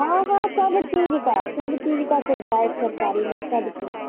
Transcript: हाँ हाँ सब चीज का सब चीज का सुविधा है इस सरकारी में सब चीज